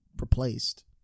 replaced